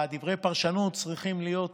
דברי פרשנות צריכים להיות